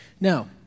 Now